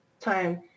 ...time